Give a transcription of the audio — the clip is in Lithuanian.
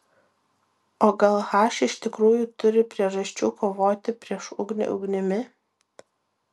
o gal h iš tikrųjų turi priežasčių kovoti prieš ugnį ugnimi